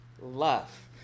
love